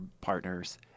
partners